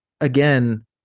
again